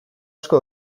asko